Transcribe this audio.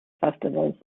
festivals